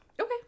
Okay